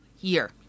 year